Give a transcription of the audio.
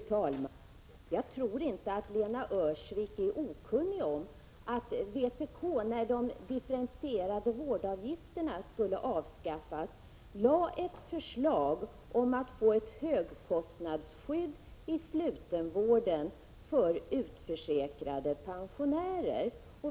Fru talman! Jag tror inte att Lena Öhrsvik är okunnig om att vpk när de differentierade vårdavgifterna skulle avskaffas lade fram förslag om ett högkostnadsskydd i slutenvården för utförsäkrade pensionärer.